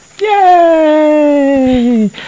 Yay